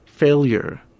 failure